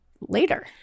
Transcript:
Later